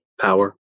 Power